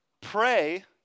Pray